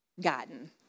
gotten